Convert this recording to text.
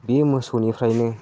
बे मोसौनिफ्रायनो